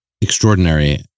Extraordinary